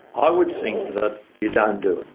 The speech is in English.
i would think that you don't do it.